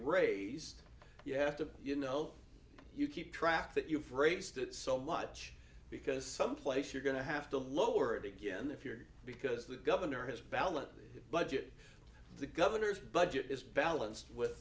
raised you have to you know you keep track that you phrased it so much because some place you're going to have to lower it again if you're because the governor has balanced budget the governor's budget is balanced with